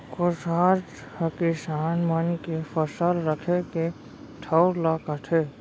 कोठार हकिसान मन के फसल रखे के ठउर ल कथें